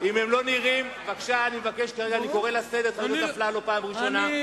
אני קורא לסדר את חבר הכנסת אפללו בפעם הראשונה.